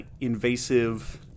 invasive